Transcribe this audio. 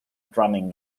drumming